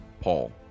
Paul